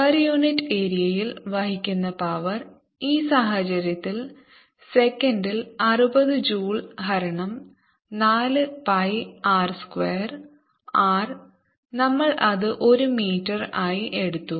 per unit ഏരിയയിൽ വഹിക്കുന്ന power ഈ സാഹചര്യത്തിൽ സെക്കൻഡിൽ അറുപത് ജൂൾസ് ഹരണം നാല് പൈ ആർ സ്ക്വയർ ആർ നമ്മൾ അത് ഒരു മീറ്റർ ആയി എടുത്തു